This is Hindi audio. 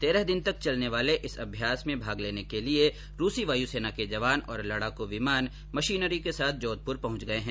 तेरह दिन तक चलने वाले इस अभ्यास में भाग लेने के लिए रूसी वायुसेना के जवान और लड़ाक विमान मशीनरी के साथ जोधपुर पहंच गए हैं